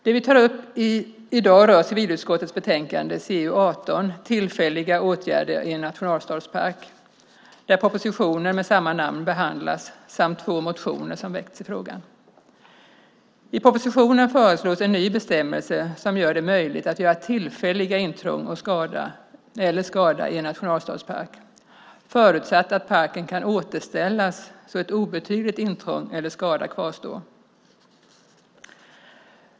Det vi tar upp i dag är civilutskottets betänkande CU18, Tillfälliga åtgärder i en nationalstadspark , där propositionen med samma namn behandlas samt två motioner som väckts i frågan. I propositionen föreslås en ny bestämmelse som gör det möjligt att göra tillfälliga intrång eller skada i en nationalstadspark, förutsatt att parken kan återställas så att ett obetydligt intrång eller en obetydlig skada kvarstår.